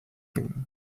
cream